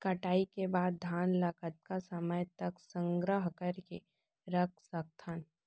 कटाई के बाद धान ला कतका समय तक संग्रह करके रख सकथन?